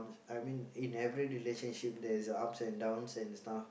I mean in every relationship there is ups and downs and stuff